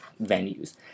venues